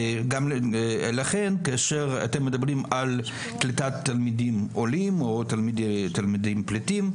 לכן כאשר אתם מדברים על קליטת תלמידים עולים או תלמידים פליטים,